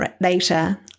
later